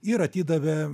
ir atidavė